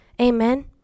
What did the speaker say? amen